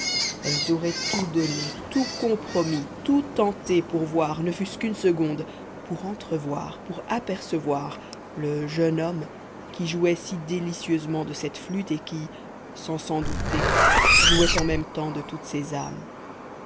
elles auraient tout donné tout compromis tout tenté pour voir ne fût-ce qu'une seconde pour entrevoir pour apercevoir le jeune homme qui jouait si délicieusement de cette flûte et qui sans s'en douter jouait en même temps de toutes ces âmes